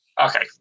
Okay